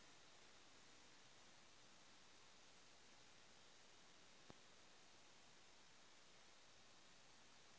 बचत खातात एक सालोत कतेरी टका जमा करवा होचए?